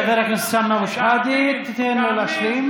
חבר הכנסת סמי אבו שחאדה, תיתן לו להשלים,